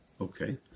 Okay